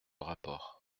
rapport